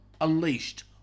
unleashed